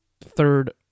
third